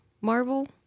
Marvel